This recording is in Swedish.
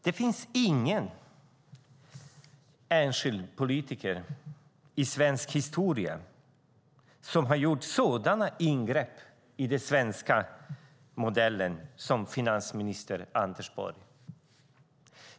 Det finns ingen enskild politiker i svensk historia som har gjort sådana ingrepp i den svenska modellen som finansminister Anders Borg.